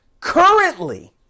currently